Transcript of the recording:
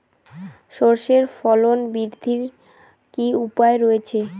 সর্ষের ফলন বৃদ্ধির কি উপায় রয়েছে?